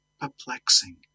perplexing